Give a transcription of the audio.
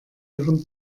ihren